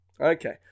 okay